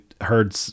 heard